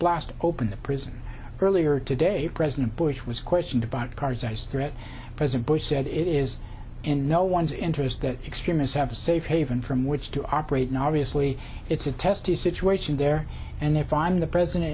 blast open a prison earlier today president bush was questioned about cars i see president bush said it is in no one's interest that extremists have a safe haven from which to operate an obviously it's a test the situation there and if i'm the president